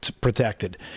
protected